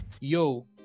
yo